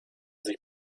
sich